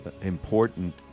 important